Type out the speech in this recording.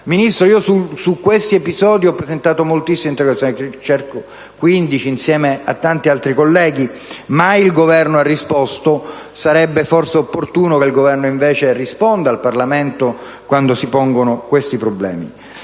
Ministro, su questi episodi ho presentato moltissime interrogazioni (credo siano 15) insieme a tanti altri colleghi, e mai il Governo ha risposto. Sarebbe forse opportuno che invece il Governo rispondesse ai parlamentari quando pongono problemi